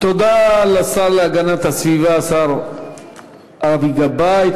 תודה לשר להגנת הסביבה, השר אבי גבאי.